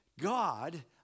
God